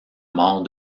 mort